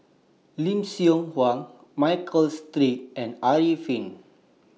Lim Seok Hui Michael Seet and Arifin